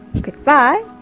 Goodbye